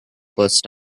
first